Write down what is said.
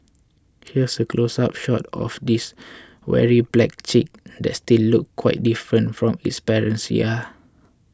here's a close up shot of this weary black chick that still looked quite different from its parents yeah